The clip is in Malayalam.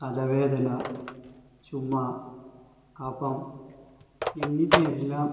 തലവേദന ചുമ കബം എന്നിവയെല്ലാം